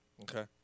Okay